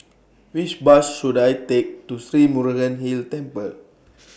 Which Bus should I Take to Sri Murugan Hill Temple